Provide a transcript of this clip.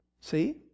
see